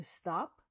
stop